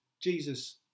Jesus